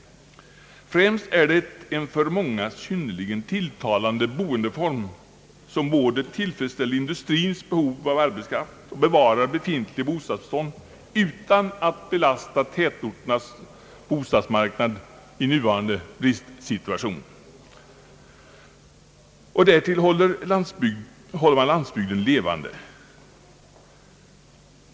Främst är det en för många synnerligen tilltalande boendeform, som både tillfredsställer industrins behov av arbetskraft och bevarar befintligt bostadsbestånd utan att belasta tätorternas bostadsmarknad i nuvarande bristsituation. Därtill håller man landsbygden levande.